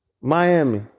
Miami